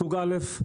סוג א'